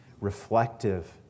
reflective